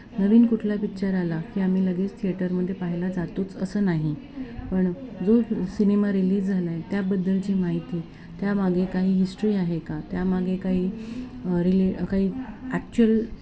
नवीन कुठला पिक्चर आला की आम्ही लगेच थिएटरमध्ये पाहायला जातोच असं नाही पण जो सिनेमा रिलीज झाला आहे त्याबद्दलची माहिती त्यामागे काही हिस्ट्री आहे का त्यामागे काही रिले काही ॲक्च्युअल